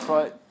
Right